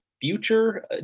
future